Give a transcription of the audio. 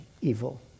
evil